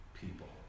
people